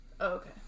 okay